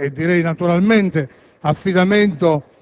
e naturalmente fatto affidamento